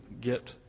get